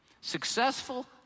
Successful